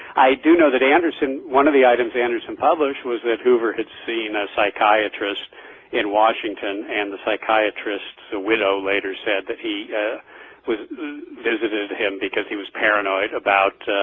i do know that anderson one of the items anderson publish was that hoover had seen a psychiatrist in washington and the psychiatrist the widow later said that he had a with visited him because he was paranoid about ah.